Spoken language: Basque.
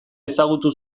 ezagutu